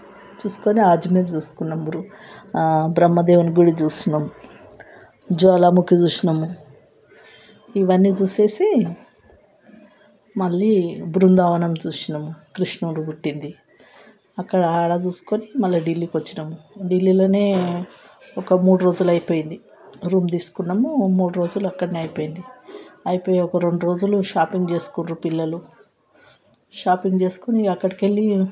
చూసుకొని ఆజమని చూసుకున్నాము బ్రహ్మదేవుని గుడి చూసినాము జ్వాలాముఖి చూసినాము ఇవన్నీ చూసేసి మళ్ళీ బృందావనము చూసినము కృష్ణుడు పుట్టింది అక్కడ అక్కడ చూసుకొని మళ్ళీ ఢిల్లీకి వచ్చినాము ఢిల్లీలోనే ఒక మూడు రోజులు అయిపోయింది రూమ్ తీసుకున్నాము మూడు రోజులు అక్కడనే అయిపోయింది అయిపోయి ఒక రెండు రోజులు షాపింగ్ చేసుకుంటున్నారు పిల్లలు షాపింగ్ చేసుకొని అక్కడికి వెళ్ళి